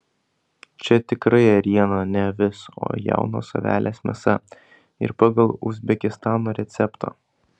čia tikra ėriena ne avis o jaunos avelės mėsa ir pagal uzbekistano receptą